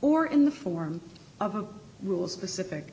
or in the form of a rule specific